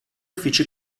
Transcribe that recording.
uffici